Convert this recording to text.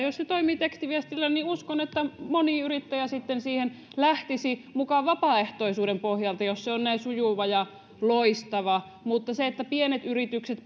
jos se toimii tekstiviestillä niin uskon että moni yrittäjä siihen lähtisi mukaan vapaaehtoisuuden pohjalta jos se on näin sujuva ja loistava mutta se että pienet yritykset